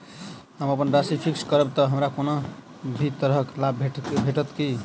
हम अप्पन राशि फिक्स्ड करब तऽ हमरा कोनो भी तरहक लाभ भेटत की?